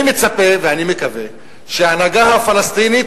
אני מצפה ואני מקווה שההנהגה הפלסטינית